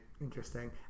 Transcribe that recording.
interesting